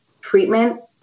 treatment